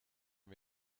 wir